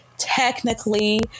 Technically